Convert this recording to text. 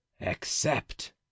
Accept